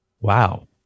Wow